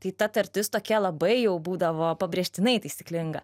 tai ta tartis tokia labai jau būdavo pabrėžtinai taisyklinga